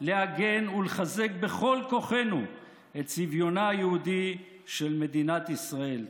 להגן ולחזק בכל כוחנו את צביונה היהודי של מדינת ישראל.